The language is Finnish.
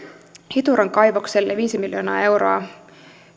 hituran kaivokselle viisi miljoonaa euroa